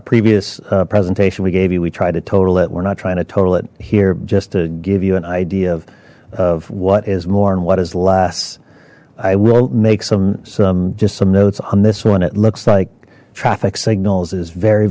a previous presentation we gave you we try to total it we're not trying to total it here just to give you an idea of what is more and what is less i will make some some just some notes on this one it looks like traffic signals is very